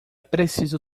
preciso